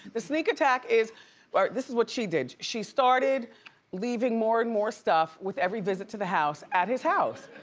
the sneak attack is, or this is what she did, she started leaving more and more stuff with every visit to the house at his house.